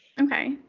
Okay